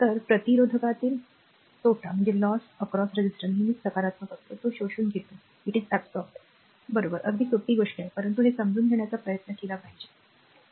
तर प्रतिरोधकातील तोटा नेहमीच सकारात्मक होतो तो शोषून घेतो बरोबर अगदी सोप्या गोष्टी परंतु हे समजून घेण्याचा प्रयत्न केला पाहिजे बरोबर